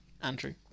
Andrew